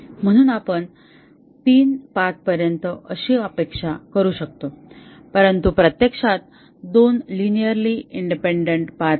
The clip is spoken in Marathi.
म्हणून आपण तीन पाथपर्यंत अशी अपेक्षा करू शकतो परंतु प्रत्यक्षात दोन लिनिअरली इंडिपेंडन्ट पाथ आहेत